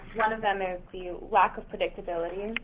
one of them is the lack of predictability.